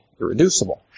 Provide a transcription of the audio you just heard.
irreducible